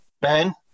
Ben